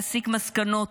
להסיק מסקנות